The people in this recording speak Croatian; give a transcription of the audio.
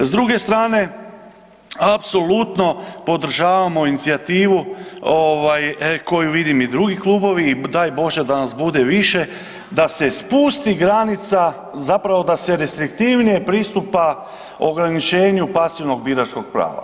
S druge strane apsolutno podržavamo inicijativu koju vidim i drugi klubovi i daj Bože da nas bude više da se spusti granica, zapravo da se restriktivnije pristupa ograničenju pasivnog biračkog prava.